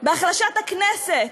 בהחלשת הכנסת,